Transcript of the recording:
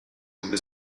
vous